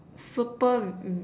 super v~ v~